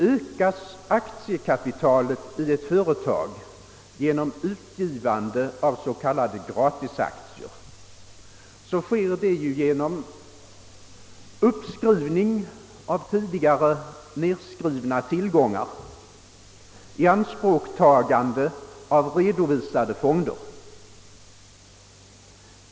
Om aktiekapitalet i ett företag ökas genom utgivande av s.k. gratisaktier, sker det genom uppskrivning av tidigare nedskrivna tillgångar, eller genom ianspråktagande av redovisade fonderade medel.